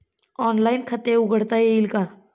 Online खाते उघडता येईल का?